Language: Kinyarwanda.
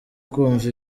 kumva